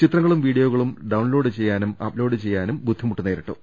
ചിത്രങ്ങളും വീഡിയോകളും ഡൌൺലോഡ് ചെയ്യു ന്നതിനും അപ്ലോഡ് ചെയ്യുന്നതിനും ബുദ്ധിമുട്ട് നേരിട്ടു